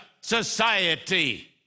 society